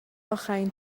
اخرین